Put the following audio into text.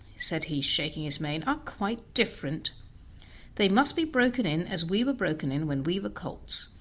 said he, shaking his mane, are quite different they must be broken in as we were broken in when we were colts,